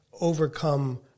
overcome